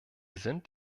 sind